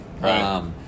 Right